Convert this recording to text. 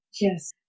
Yes